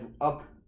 up